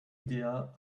idea